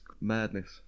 madness